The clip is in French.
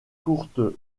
courte